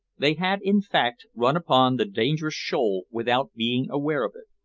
they had, in fact, run upon the dangerous shoal without being aware of it.